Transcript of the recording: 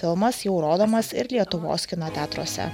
filmas jau rodomas ir lietuvos kino teatruose